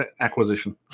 acquisition